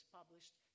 published